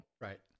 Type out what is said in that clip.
Right